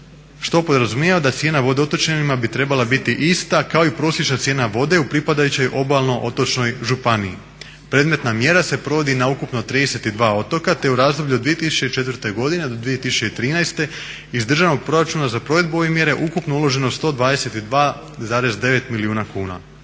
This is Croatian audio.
što podrazumijeva da cijena vode otočanima bi trebala biti ista kao i prosječna cijena vode u pripadajućoj obalno-otočnoj županiji. Predmetna mjera se provodi na ukupno od 32 otoka, te u razdoblju od 2004. godine do 2013. iz državnog proračuna za provedbu ove mjere ukupno je uloženo 122,9 milijuna kuna.